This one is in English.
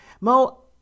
Mo